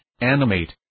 animate